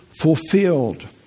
Fulfilled